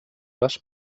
les